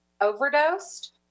overdosed